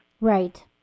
Right